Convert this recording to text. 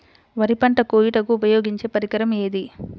వరి పంట కోయుటకు ఉపయోగించే పరికరం ఏది?